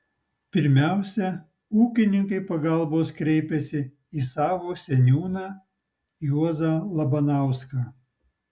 pirmiausia ūkininkai pagalbos kreipėsi į savo seniūną juozą labanauską